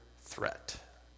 threat